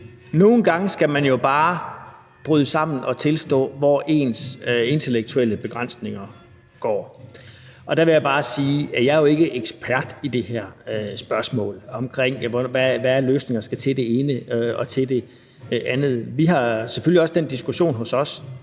Nogle gange skal man bare bryde sammen og tilstå, hvor ens intellektuelle begrænsninger er, og der vil jeg bare sige, at jeg jo ikke er ekspert i det her spørgsmål om, hvilke løsninger der skal til for det ene og til det andet. Vi har selvfølgelig også den diskussion hos os,